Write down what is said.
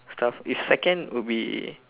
stuff if second will be